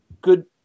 Good